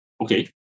okay